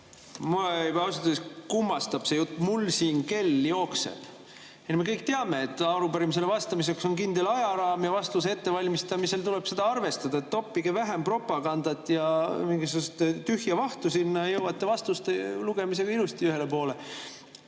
ausalt öeldes kummastab see jutt: mul siin kell jookseb. Me kõik teame, et arupärimisele vastamiseks on kindel ajaraam ja vastuse ettevalmistamisel tuleb seda arvestada. Toppige vähem propagandat ja mingisugust tühja vahtu sinna ja jõuate vastuste lugemisega ilusti ühele poole. Mul